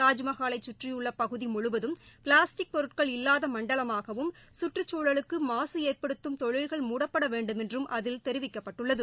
தாஜ்மஹாலை கற்றியுள்ள பகுதி முழுவதும் பிளாஸ்டிக் பொருட்கள் இல்லாத மண்டலமாகவும் கற்றுக்சூழலுக்கு மாசு ஏற்படுத்தும் தொழில்கள் மூடப்பட வேண்டுமென்றும் அதில் தெரிவிக்கப்பட்டுள்ளது